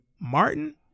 Martin